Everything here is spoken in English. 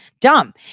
dumb